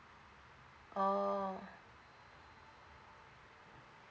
oh